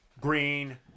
Green